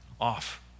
off